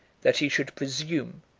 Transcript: that he should presume,